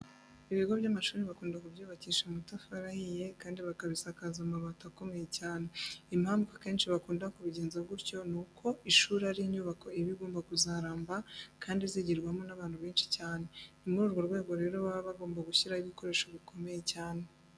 Ibigo by'amashuri bakunda kubyubakisha amatafari ahiye kandi bakabisakaza amabati akomeye cyane. Impamvu akenshi bakunda kubigenza gutya ni uko ishuri ari inyubako iba igomba kuzaramba kandi izigirwamo n'abantu benshi cyane. Ni muri urwo rwego rero baba bagomba gushyiraho ibikoresho bikomeye cyane.